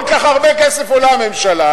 כל כך הרבה כסף עולה הממשלה,